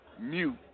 mute